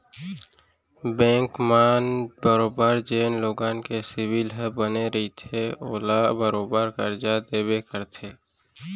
bank मन बरोबर जेन लोगन के सिविल ह बने रइथे ओला बरोबर करजा देबे करथे